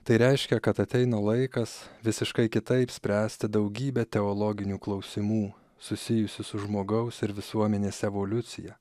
tai reiškia kad ateina laikas visiškai kitaip spręsti daugybę teologinių klausimų susijusių su žmogaus ir visuomenės evoliucija